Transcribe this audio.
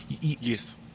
Yes